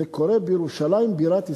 זה קורה בירושלים בירת ישראל.